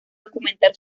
documentar